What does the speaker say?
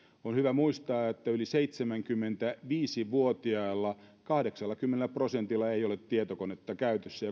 on hyvä muistaa että yli seitsemänkymmentäviisi vuotiaista kahdeksallakymmenellä prosentilla ei ole tietokonetta käytössään